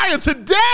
Today